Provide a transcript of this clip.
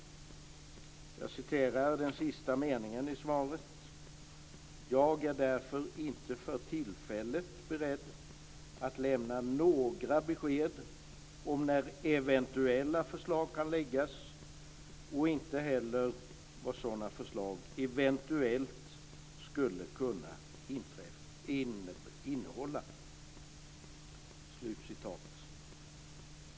Jag citerar den sista meningen i svaret: "Jag är därför inte för tillfället beredd att lämna några besked om när eventuella förslag kan läggas fram och inte heller vad sådana förslag eventuellt skulle kunna innehålla."